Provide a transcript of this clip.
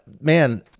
man